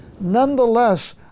Nonetheless